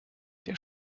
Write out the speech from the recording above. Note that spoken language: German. der